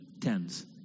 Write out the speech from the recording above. tens